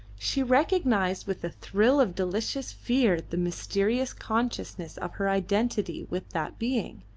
she recognised with a thrill of delicious fear the mysterious consciousness of her identity with that being.